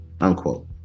unquote